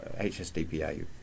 hsdpa